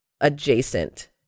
adjacent